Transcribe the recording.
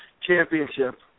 championship